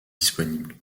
disponible